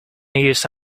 use